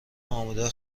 آماده